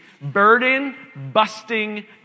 Burden-busting